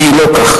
והיא לא כך.